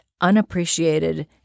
unappreciated